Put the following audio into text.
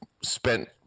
spent